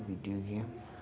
video game